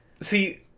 see